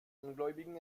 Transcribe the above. ungläubigen